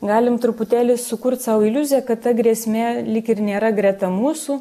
galim truputėlį sukurt sau iliuziją kad ta grėsmė lyg ir nėra greta mūsų